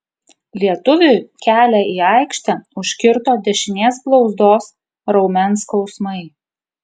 lietuviui kelią į aikštę užkirto dešinės blauzdos raumens skausmai